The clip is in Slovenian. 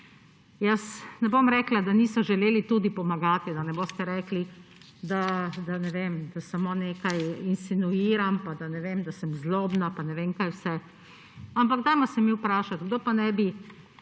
Ne bom rekla, da niso želeli tudi pomagati, da ne boste rekli, ne vem, da samo nekaj insinuiram pa da sem zlobna pa ne vem, kaj vse, ampak dajmo se mi vprašati, kdo pa naj bi